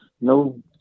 no